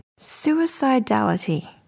Suicidality